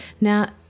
Now